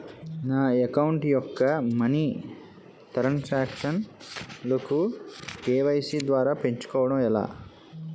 నా అకౌంట్ యెక్క money transaction లు కే.వై.సీ ద్వారా పెంచుకోవడం ఎలా?